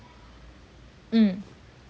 mm okay